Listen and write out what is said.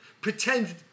pretend